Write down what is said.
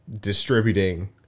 distributing